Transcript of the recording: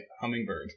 hummingbird